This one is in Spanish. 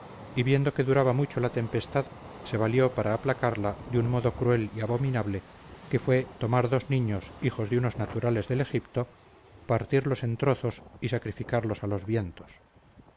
y viendo que duraba mucho la tempestad se valió para aplacarla de un modo cruel y abominable que fue tomar dos niños hijos de unos naturales del egipto partirlos en trozos y sacrificarlos a los vientos